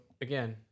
again